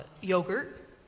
yogurt